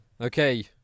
Okay